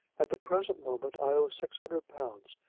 at the present moment i owe six hundred pounds,